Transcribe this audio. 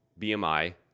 BMI